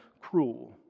cruel